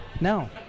No